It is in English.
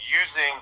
using